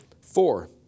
four